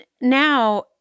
now